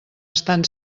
estan